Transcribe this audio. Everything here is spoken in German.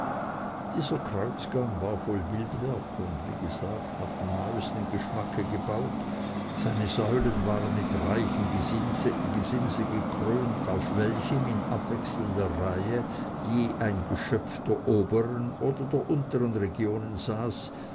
dieser kreuzgang war voll bildwerk und wie gesagt nach dem neuesten geschmacke gebaut seine säulen waren mit reichem gesimse gekrönt auf welchem in abwechselnder reihe je ein geschöpf der obern oder der untern regionen saß